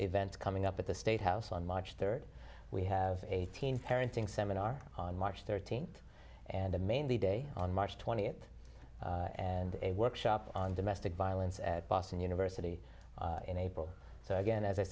event coming up at the state house on march third we have eighteen parenting seminar on march thirteenth and a mainly day on march twentieth and a workshop on domestic violence at boston university in april so again as i